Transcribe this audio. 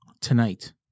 Tonight